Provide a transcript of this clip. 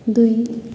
दुई